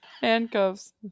Handcuffs